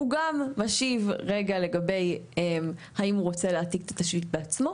הוא גם משיב לגבי האם הוא רוצה להעתיק את התשתית בעצמו,